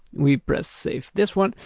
we press save this one.